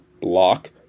block